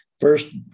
first